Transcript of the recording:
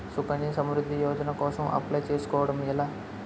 సుకన్య సమృద్ధి యోజన కోసం అప్లయ్ చేసుకోవడం ఎలా?